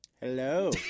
Hello